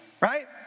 right